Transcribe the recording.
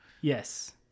Yes